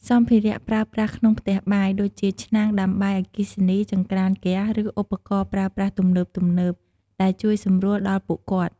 សម្ភារៈប្រើប្រាស់ក្នុងផ្ទះបាយ ដូចជាឆ្នាំងដាំបាយអគ្គិសនី ចង្ក្រានហ្គាស ឬឧបករណ៍ប្រើប្រាស់ទំនើបៗដែលជួយសម្រួលដល់ពួកគាត់។